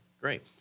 great